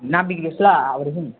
नबिग्रियोस् ल अबदेखिन्